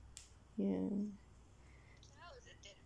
ya